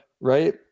right